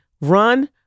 run